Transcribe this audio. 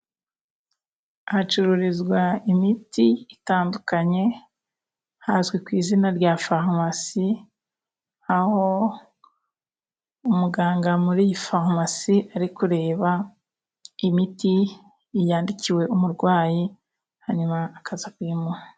Hacururizwa imiti itandukanye, hazwi ku izina rya farumasi aho umuganga muri iyi farumasi ari kureba imiti yandikiwe umurwayi, hanyuma akaza kuyimuha.